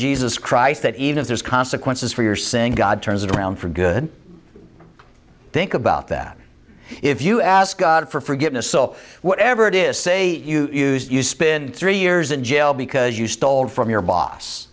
jesus christ that even if there's consequences for your saying god turns it around for good think about that if you ask god for forgiveness so whatever it is say you spend three years in jail because you stole from your boss